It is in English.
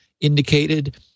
indicated